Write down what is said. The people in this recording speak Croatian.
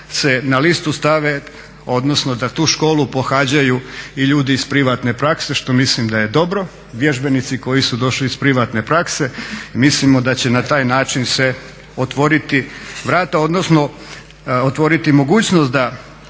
da se na listu stave, odnosno da školu pohađaju i ljudi iz privatne prakse što mislim da je dobro, vježbenici koji su došli iz privatne prakse i mislimo da će na taj način se otvoriti vrata, odnosno otvoriti mogućnost da